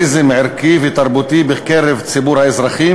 הדמוקרטי: קיומו של פלורליזם ערכי ותרבותי בקרב ציבור האזרחים